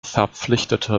verpflichtete